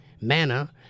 Manna